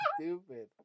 stupid